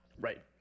Right